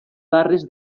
barres